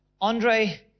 Andre